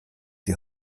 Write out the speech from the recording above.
die